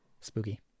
Spooky